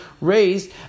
raised